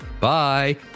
Bye